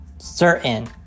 Certain